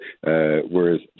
whereas